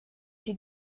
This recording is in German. die